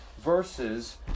versus